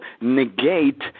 negate